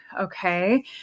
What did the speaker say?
okay